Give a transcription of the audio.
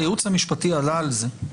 והייעוץ המשפטי עלה על זה.